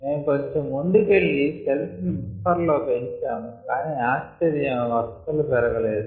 మేము కొంచెం ముందుకెళ్లి సెల్స్ ని బఫర్ లో పెంచాము కానీ ఆశ్చర్యం అవి అస్సలు పెరగలేదు